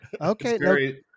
Okay